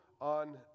on